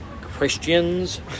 Christians